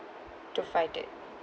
to fight it